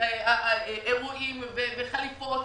אירועים וחליפות,